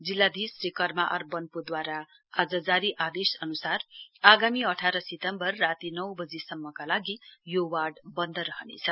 जिल्लाधीश श्री कर्मा आर बन्पोद्वारा आज जारी आदेश अनुसार आगामी अठार सितम्बर राती नौ वजीसम्मका लागि यो वार्ड वन्द रहनेछ